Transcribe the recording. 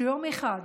שיום אחד,